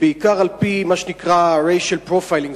בעיקר על-פי מה שנקרא racial profiles,